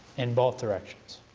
in both directions.